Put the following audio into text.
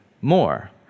more